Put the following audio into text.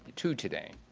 to today.